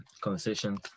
conversation